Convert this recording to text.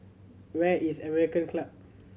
where is American Club